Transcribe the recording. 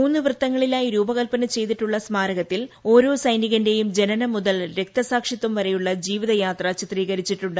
മൂന്നു വൃത്തങ്ങളിലായി രൂപകല്പന ചെയ്തിട്ടുള്ള സ്മാരക്ടത്തിൽ ഓരോ സൈനികന്റെയും ജനനം മുതൽ രക്തസാക്ഷിത്വം പ്പൂരയുള്ള ജീവിതയാത്ര ചിത്രീകരിച്ചിട്ടുണ്ട്